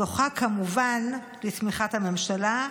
זוכה כמובן לתמיכת הממשלה.